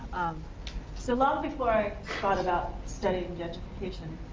so long before i thought about studying gentrification,